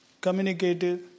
communicative